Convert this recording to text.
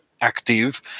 active